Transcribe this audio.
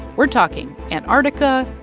we're talking antarctica,